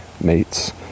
mates